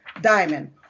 diamond